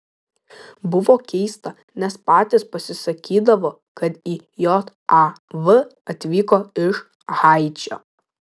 buvo keista nes patys pasisakydavo kad į jav atvyko iš haičio